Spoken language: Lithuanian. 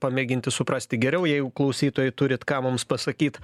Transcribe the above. pamėginti suprasti geriau jeigu klausytojai turit ką mums pasakyt